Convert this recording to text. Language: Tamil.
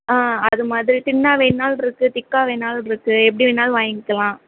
ஆ அது மாதிரி தின்னாக வேணுன்னாலும் இருக்குது திக்காக வேணுன்னாலும் இருக்குது எப்படி வேணுன்னாலும் வாங்கிக்கலாம்